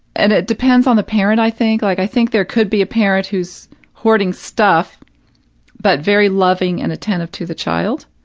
and it depends on the parent i think like, i think there could be a parent who's hoarding stuff but very loving and attentive to the child